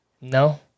No